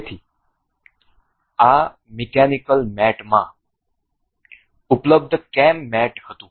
તેથી આ mechanical mat માં ઉપલબ્ધ કેમ મેટ હતું